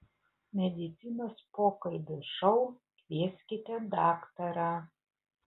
medicinos pokalbių šou kvieskite daktarą